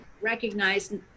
recognize